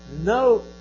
no